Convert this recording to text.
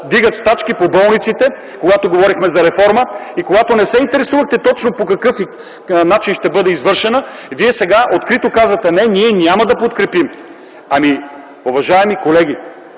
вдигат стачки по болниците, когато говорихме за реформа и когато не се интересувахте точно по какъв начин ще бъде извършена, Вие сега открито казвате: не, ние няма да подкрепим. Уважаеми колеги,